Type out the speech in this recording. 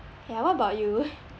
yeah what about you